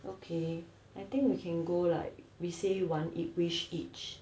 okay I think we can go like we say one ea~ wish each